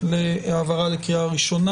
להעברה לקריאה ראשונה?